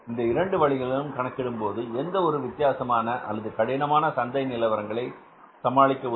இந்த இரண்டு வழிகளிலும் கணக்கிடும்போது எந்த ஒரு வித்தியாசமான அல்லது கடினமான சந்தை நிலவரங்களை சமாளிக்க உதவும்